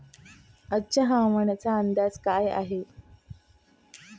आजचा हवामानाचा अंदाज काय आहे?